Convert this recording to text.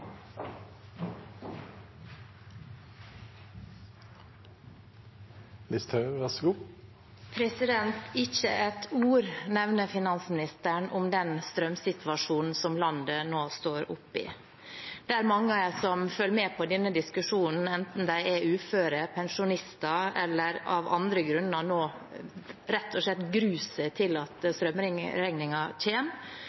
ord nevner finansministeren om den strømsituasjonen som landet nå står oppi. Det er mange som følger med på denne diskusjonen som nå rett og slett gruer seg til strømregningen kommer og ikke vet hvordan de skal få endene til